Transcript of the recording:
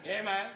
Amen